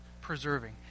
preserving